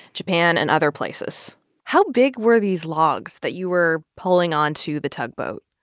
japan and other places how big were these logs that you were pulling on to the tugboat?